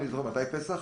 מתי פסח?